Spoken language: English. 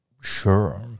Sure